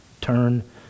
Turn